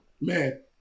man